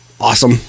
awesome